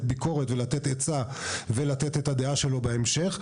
ביקורת ולתת עצה ולתת את הדעה שלו בהמשך.